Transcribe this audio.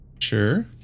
Sure